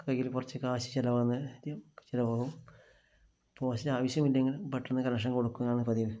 കൈയില് കുറച്ച് കാശ് ചിലവാകുന്ന അധികം ചിലവാകും പോസ്റ്റ് ആവശ്യമില്ലെങ്കില് പെട്ടെന്ന് കണക്ഷന് കൊടുക്കുന്നതാണ് പതിവ്